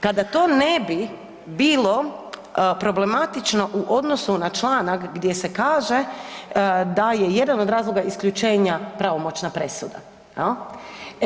Kada to ne bi bilo problematično u odnosu na članak gdje se kaže da je jedan od razloga isključenja pravomoćna presuda, je li?